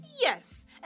yes